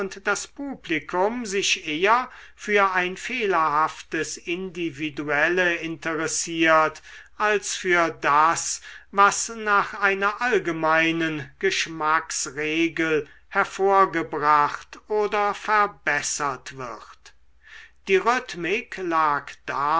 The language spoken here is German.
das publikum sich eher für ein fehlerhaftes individuelle interessiert als für das was nach einer allgemeinen geschmacksregel hervorgebracht oder verbessert wird die rhythmik lag